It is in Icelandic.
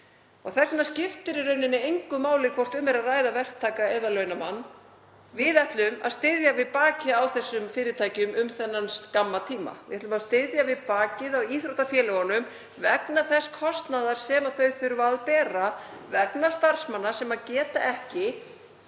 Þess vegna skiptir í rauninni engu máli hvort um er að ræða verktaka eða launamann, við ætlum að styðja við bakið á þessum fyrirtækjum um þennan skamma tíma. Við ætlum að styðja við bakið á íþróttafélögunum vegna þess kostnaðar sem þau þurfa að bera vegna starfsmanna sem geta ekki